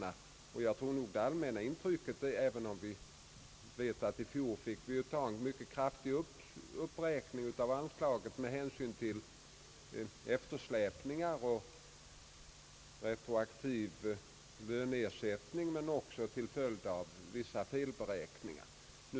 Jag tror att det är det allmänna intrycket, även om vi vet att det i fjol skedde en kraftig uppräkning av anslaget med hänsyn till eftersläpningar och retroaktiva löneutbetalningar men också till följd av vissa felberäkningar.